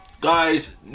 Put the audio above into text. Guys